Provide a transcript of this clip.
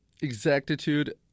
Exactitude